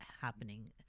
happening